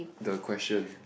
the question